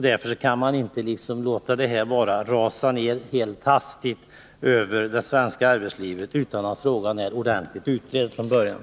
Därför kan man inte låta det här bara rasa ner helt hastigt över det svenska arbetslivet utan att frågan har blivit ordentligt utredd.